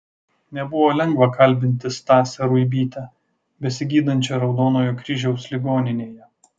nebuvo lengva kalbinti stasę ruibytę besigydančią raudonojo kryžiaus ligoninėje